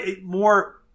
more